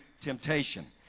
temptation